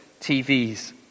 TVs